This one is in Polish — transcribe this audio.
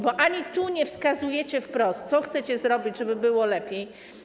Bo nie wskazujecie wprost, co chcecie zrobić, żeby było lepiej?